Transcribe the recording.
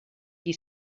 qui